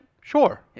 Sure